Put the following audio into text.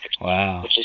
wow